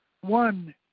one